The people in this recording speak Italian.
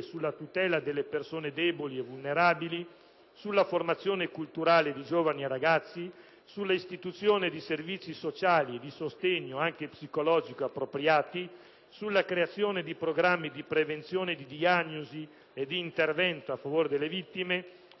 sulla tutela delle persone deboli e vulnerabili, sulla formazione culturale di giovani e ragazzi, sulla istituzione di servizi sociali e di sostegno anche psicologico appropriati, sulla creazione di programmi di prevenzione, di diagnosi e di intervento a favore delle vittime,